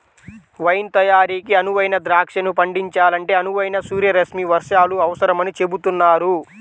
wine తయారీకి అనువైన ద్రాక్షను పండించాలంటే అనువైన సూర్యరశ్మి వర్షాలు అవసరమని చెబుతున్నారు